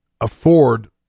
afford